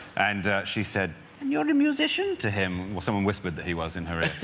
and she said you're the musician to him well, someone whispered that he was in hurry